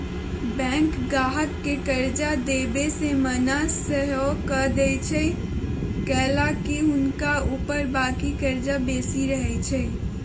bank गाहक के कर्जा देबऐ से मना सएहो कऽ देएय छइ कएलाकि हुनका ऊपर बाकी कर्जा बेशी रहै छइ